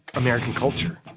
american culture,